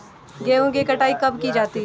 गेहूँ की कटाई कब की जाती है?